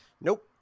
Nope